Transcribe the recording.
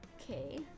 Okay